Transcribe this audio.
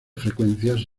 frecuencias